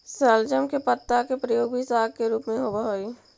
शलजम के पत्ता के प्रयोग भी साग के रूप में होव हई